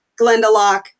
Glendalock